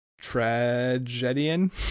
tragedian